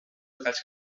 detalls